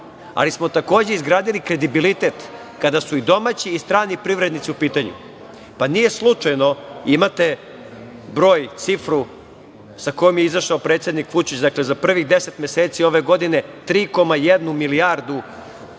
ali smo takođe izgradili kredibilitet kada su i domaći i strani privrednici u pitanju. Nije slučajno, imate cifru sa kojom je izašao predsednik Vučić, za prvih deset meseci ove godine 3,1 milijardu